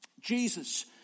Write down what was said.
Jesus